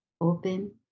open